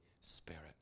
Spirit